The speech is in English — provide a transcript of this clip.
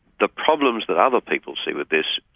the problems that other people see with this,